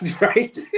Right